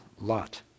lot